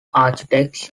architects